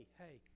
hey